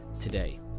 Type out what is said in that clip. today